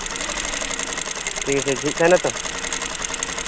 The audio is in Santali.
ᱴᱷᱤᱠ ᱟᱪᱷᱮ ᱡᱷᱤᱡ ᱛᱟᱦᱮᱱᱟ ᱛᱚ